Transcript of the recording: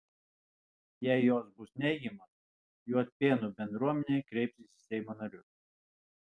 jei jos bus neigiamos juodpėnų bendruomenė kreipsis į seimo narius